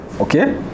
okay